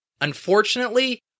Unfortunately